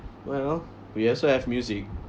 well we also have music